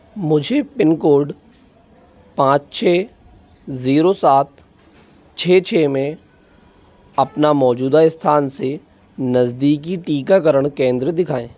मुझे pin code पाँच छः ज़ीरो सात छः छः में अपना मौजूदा स्थान से नज़दीकी टीकाकरण केंद्र दिखाएँ